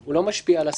הוא לא משפיע על השרים.